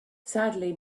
sadly